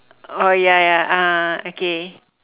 oh ya ya ah okay